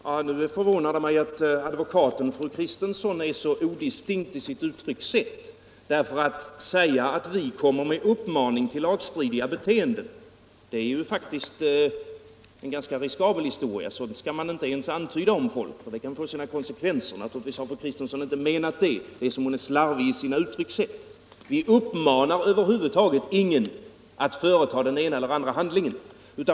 Herr talman! Nu förvånar det mig att advokaten fru Kristensson är så odistinkt i sitt uttryckssätt. Att säga att vi kommer med uppmaning till lagstridiga beteenden är faktiskt ganska riskabelt —- sådant skall man inte ens antyda om folk, för det kan få konsekvenser. Naturligtvis har fru Kristensson inte menat det, hon är bara slarvig i sitt uttryckssätt. Vi uppmanar över huvud taget ingen att företa den ena eller andra handlingen.